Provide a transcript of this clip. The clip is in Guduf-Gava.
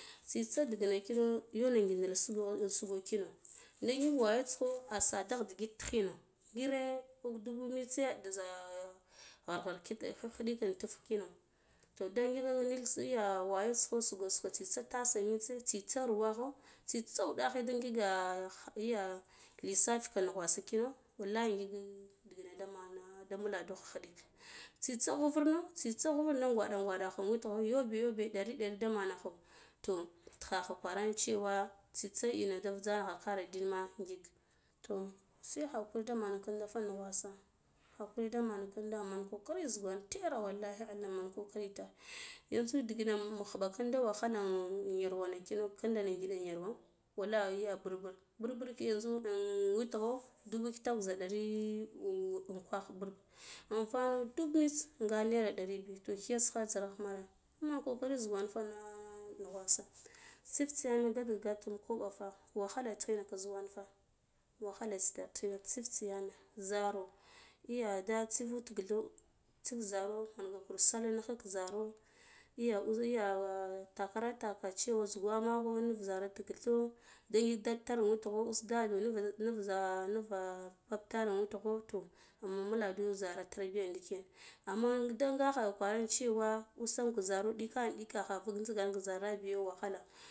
Tsitsa ndigina kino yana gindila sugo kino nda ngik wayota kho asade ndigit tighino ngire dubu mitse da ja gar gar khiɗikino intuge to da ngika ngik wayota kho sugo sugo tsitsa tase mitse tsitsa ruwa kho tsitsa wuɗaghe da ngiga iya lissa fika nugwana kinda wallah ngik ndigina nda mana da mɓulandu laha khiɗikin tsitsa hvurno tsitsa uvna kwaɗi kwaɗa witgho yobe yobe ɗari ɗari da mana kho to tighagha kwarana cewa tsitsa ind de vutsa karo ndin. me ngik to se hakuri de nake kindo fa nnugwasa hakurida manaka kinɗa kawai men kokari zukon teri wallahi ma kokari itar yanzu ndigina khubo kinda wahala in yarwana kino ngidi in yarwa wallahi a burbur burbur yanzu in witgho dubu kitakw za dari unkwagh invano dubu mitse za nega nsire ɗeri biyu to kiyaskha zar ya mare man kokari zugwa fa da nughwasa tsiftsi gata gatam kwobo fa wahde tichina zugwanfa wahala tsitar tsiftsir yame zaro ya de tsif ko dik dho tsif zaro mange kur salleh nighala azaro hya ya fakhare take cewa gugwa makho nuva zso tik dho nda ngik dad tar in wit gho to da mbuladu zara tarbiya ndiken amme da nga kwara kha cewa usam ku zara ndike ndikma vwe biyo wahale.